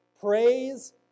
Praise